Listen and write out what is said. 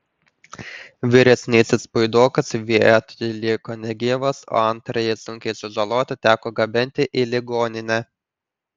vyresnysis puidokas vietoj liko negyvas o antrąjį sunkiai sužalotą teko gabenti į ligoninę